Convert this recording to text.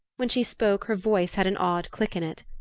when she spoke her voice had an odd click in it.